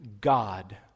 God